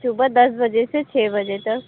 सुबह दस बजे से छः बजे तक